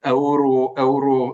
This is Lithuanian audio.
eurų eurų